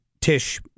Tish